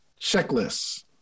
checklists